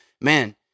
man